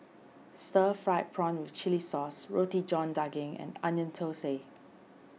Stir Fried Prawn with Chili Sauce Roti John Daging and Onion Thosai